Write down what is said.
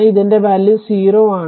ഇതിന്റെ വാല്യൂ 0 ആണ്